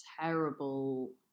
terrible